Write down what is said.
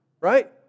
Right